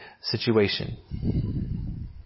situation